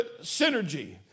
synergy